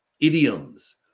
idioms